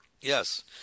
Yes